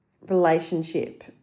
relationship